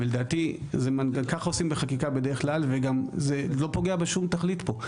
לדעתי ככה עושים בחקיקה בדרך כלל וזה גם לא פוגע בשום תכלית פה.